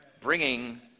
Bringing